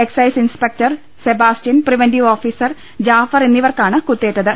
excise inspector Sebastian preventive officer Jafar എന്നിവർക്കാണ് കുത്തേറ്റത്